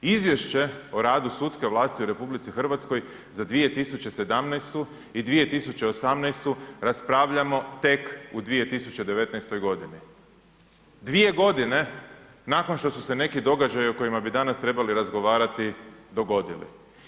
Izvješće o radu sudske vlasti u RH za 2017. i 2018. raspravljamo tek u 2019. g. Dvije godine nakon što su se neki događaji o kojima bi danas trebali razgovarati, dogodili.